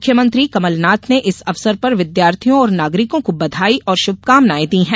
मुख्यमंत्री कमलनाथ ने इस अवसर पर विद्यार्थियों और नागरिकों को बधाई और शुभकामनाए दी हैं